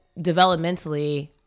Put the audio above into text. developmentally